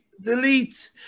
Delete